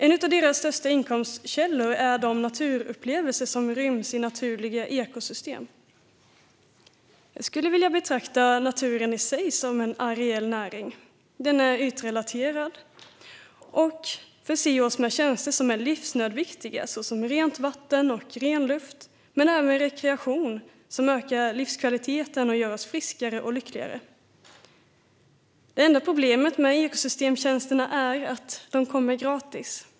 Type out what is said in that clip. En av dess största inkomstkällor är de naturupplevelser som ryms i naturliga ekosystem. Jag skulle vilja betrakta naturen i sig som en areell näring. Den är ytrelaterad och förser oss med tjänster som är livsnödvändiga, såsom rent vatten och ren luft, men även rekreation som ökar livskvaliteten och gör oss friskare och lyckligare. Det enda problemet med ekosystemtjänsterna är att de är gratis.